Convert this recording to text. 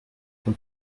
von